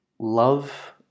Love